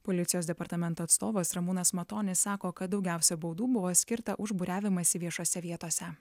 policijos departamento atstovas ramūnas matonis sako kad daugiausia baudų buvo skirta už būriavimąsi viešose vietose